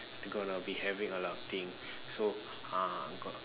going to be having a lot of things so ah